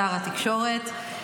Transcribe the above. שר התקשורת,